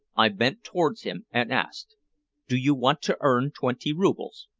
i bent towards him and asked do you want to earn twenty roubles?